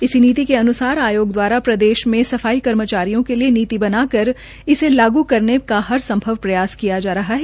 इसी नीति के अनुसार आयोग द्वारा प्रदेश में सफाई कर्मचारियों के लिए नीति बना कर इसे लागू करने का हर सम्भव प्रयास किया जा रहा है